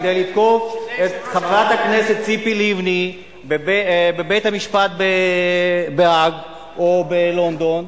כדי לתקוף את חברת הכנסת ציפי לבני בבית-המשפט בהאג או בלונדון,